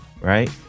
right